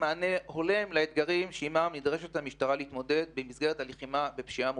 מענה הולם לאתגרים שעמם נדרשת המשטרה להתמודד במסגרת הלחימה בפשיעה זו.